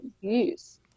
use